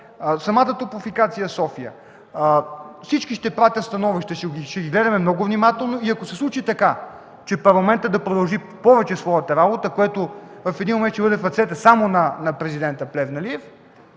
самата „Топлофикация – София” – всички ще изпратят становища и ще ги разгледаме много внимателно. Ако се случи така, че парламентът продължи повече своята работа, което в един момент ще бъде в ръцете само на президента Плевнелиев,